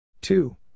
Two